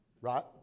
Right